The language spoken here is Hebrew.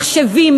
מחשבים,